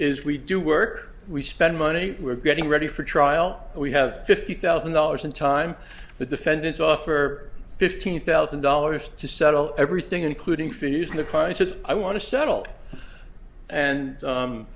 is we do work we spend money we're getting ready for trial and we have fifty thousand dollars in time the defendants offer fifteen thousand dollars to settle everything including feeding the prices i want to settle and